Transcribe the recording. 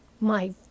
My